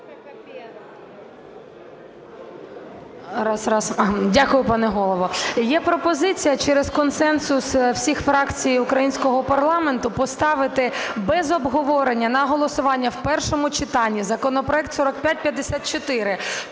Дякую, пане Голово. Є пропозиція через консенсус усіх фракцій українського парламенту поставити без обговорення на голосування в першому читанні законопроект 4554